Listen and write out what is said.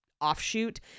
offshoot